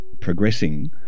progressing